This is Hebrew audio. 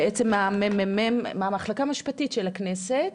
מהמחלקה המשפטית של הכנסת,